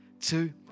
Two